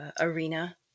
arena